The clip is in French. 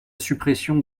suppression